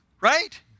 Right